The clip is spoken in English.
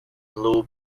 blue